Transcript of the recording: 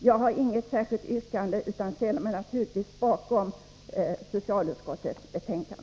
Jag har inget särskilt yrkande utan ställer mig naturligtvis bakom socialutskottets hemställan.